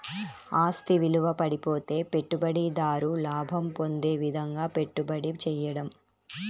ఆస్తి విలువ పడిపోతే పెట్టుబడిదారు లాభం పొందే విధంగాపెట్టుబడి చేయడం